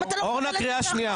אורנה, קריאה שנייה.